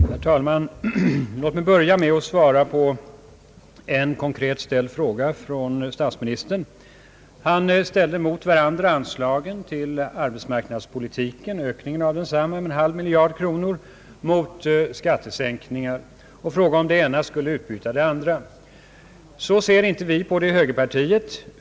Herr talman! Låt mig börja med att svara på en konkret ställd fråga från statsministern. Han ställde mot varandra anslagsökningen till arbetsmarknadspolitiken med en halv miljard kronor och skattesänkningar och frågade om det ena skulle ersätta det andra. Så ser inte vi inom högerpartiet på denna fråga.